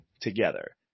together